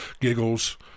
giggles